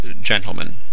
Gentlemen